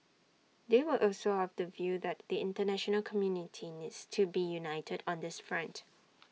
they were also of the view that the International community needs to be united on this front